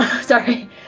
Sorry